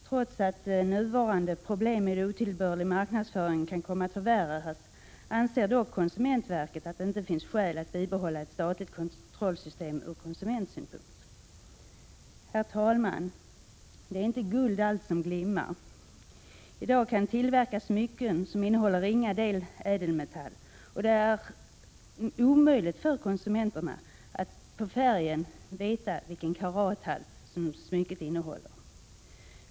Trots att nuvarande problem med otillbörlig marknadsföring kan komma att förvärras anser konsumentverket att det inte från konsumentsynpunkt finns skäl att bibehålla ett statligt kontrollsystem. Herr talman! Det är inte guld allt som glimmar. I dag kan tillverkas smycken som innehåller en ringa del ädelmetall, men det är omöjligt för konsumenterna att genom färgen avgöra vilken karathalt smycket innehåller.